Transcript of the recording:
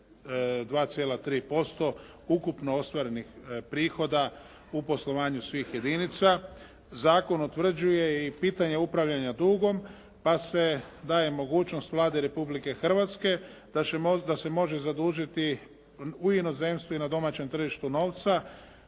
2,3% ukupno ostvarenih prihoda u poslovanju svih jedinica. Zakon utvrđuje i pitanje upravljanja dugom, pa se daje mogućnost Vladi Republike Hrvatske da se može zadužiti u inozemstvu i na domaćem tržištu novca